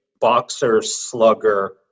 boxer-slugger